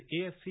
AFC